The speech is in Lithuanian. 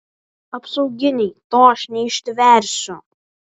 apsauginiai to aš neištversiu